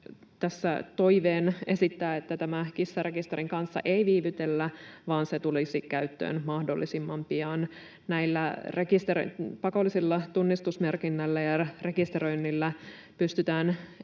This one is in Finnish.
toiveen esittää, että tämän kissarekisterin kanssa ei viivytellä vaan se tulisi käyttöön mahdollisimman pian. Tällä pakollisella tunnistusmerkinnällä ja rekisteröinnillä pystytään edistämään